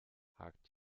hakt